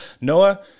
Noah